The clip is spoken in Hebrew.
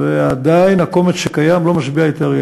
ועדיין הקומץ שקיים לא משביע את הארי.